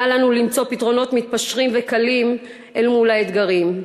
אל לנו למצוא פתרונות מתפשרים וקלים אל מול האתגרים,